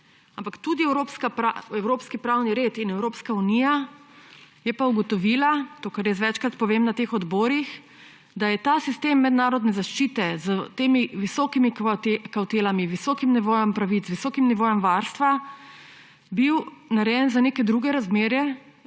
Ampak evropski pravni red in Evropska unija je pa ugotovila to, kar jaz večkrat povem na teh odborih, da je bil ta sistem mednarodne zaščite s temi visokimi kavtelami, z visokim nivojem pravic, visokim nivojem varstva narejen za neke druge razmere,